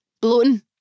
bloating